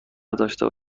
داشتم